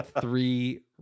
three